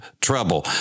trouble